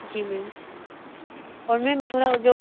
जी ma'am और ma'am थोड़ा वह जो